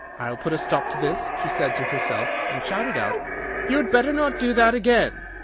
i'll put a stop to this, she said to herself, and shouted out you'd better not do that again!